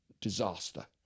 disaster